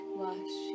wash